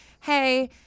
Hey